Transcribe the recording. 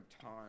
time